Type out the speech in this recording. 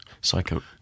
psycho